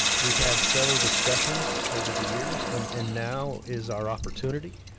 we've had several discussions over the years and and now is our opportunity,